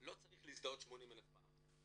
לא צריך להזדהות 80,000 פעם.